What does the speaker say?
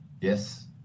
Yes